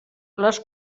les